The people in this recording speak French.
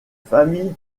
famille